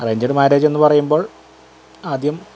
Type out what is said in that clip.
arranged മാരേജെന്നു പറയുമ്പോൾ ആദ്യം